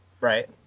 Right